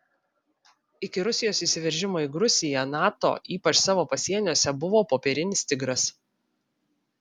iki rusijos įsiveržimo į gruziją nato ypač savo pasieniuose buvo popierinis tigras